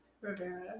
Rivera